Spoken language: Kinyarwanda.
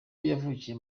yavukiye